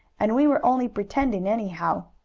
and we were only pretending, anyhow.